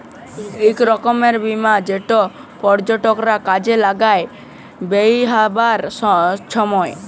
ইক রকমের বীমা যেট পর্যটকরা কাজে লাগায় বেইরহাবার ছময়